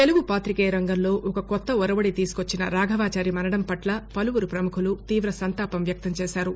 తెలుగు పాతికేయ రంగంలో ఒక కొత్త వరవడి తీసుకొచ్చిన రాఘవచారి మరణం పట్ల పలువురు ప్రముఖులు తీవ సంతాపం వ్యక్తం చేశారు